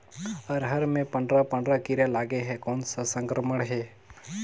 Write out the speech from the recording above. अरहर मे पंडरा पंडरा कीरा लगे हे कौन सा संक्रमण हे?